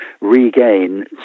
regain